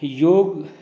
योग